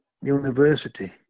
University